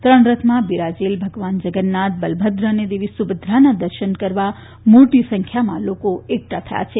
ત્રણ રથમાં બિરાજેલ ભગવાન જગન્નાથ બલભદ્ર અને દેવી સુભદ્રાના દર્શન કરવા મોટી સંખ્યામાં લોકો એકઠા થયા છે